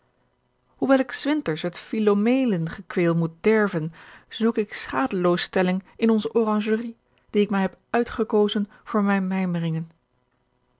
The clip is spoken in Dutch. hoewel ik s winters het filomeelengekweel moet derven zoek ik schadeloosstelling in onze oranjerie die ik mij heb uitgekozen voor mijne